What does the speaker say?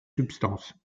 substances